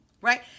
right